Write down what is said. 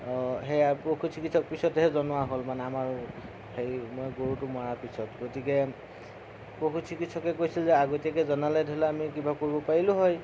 সেয়া পশু চিকিৎসকক পিছতহে জনোৱা হ'ল মানে আমাৰ হেৰি গৰুটো মৰাৰ পিছত গতিকে পশু চিকিৎসকে কৈছিল যে আগতীয়াকৈ জনালে ধৰি লওঁক আমি কিবা কৰিব পাৰিলোঁ হয়